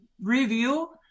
review